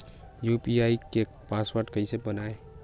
UPI के password कइसे बनाथे?